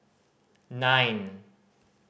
nine